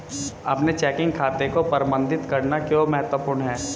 अपने चेकिंग खाते को प्रबंधित करना क्यों महत्वपूर्ण है?